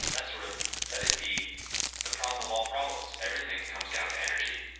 that sort of that is the the problem of all problems. everything comes down to energy.